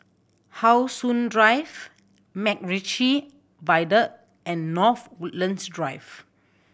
How Sun Drive MacRitchie Viaduct and North Woodlands Drive